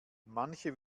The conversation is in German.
manche